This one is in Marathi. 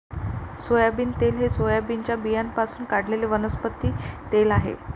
सोयाबीन तेल हे सोयाबीनच्या बियाण्यांपासून काढलेले वनस्पती तेल आहे